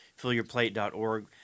fillyourplate.org